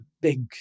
big